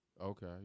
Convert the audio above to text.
okay